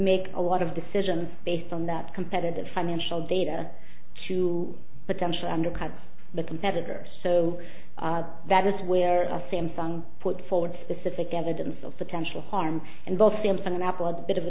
make a lot of decisions based on that competitive financial data to potentially undercut the competitors so that it's where a samsung put forward specific evidence of potential harm and both samsung and apple a bit of a